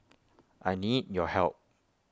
I need your help